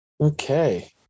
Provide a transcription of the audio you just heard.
Okay